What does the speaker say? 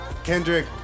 Kendrick